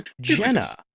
Jenna